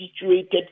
situated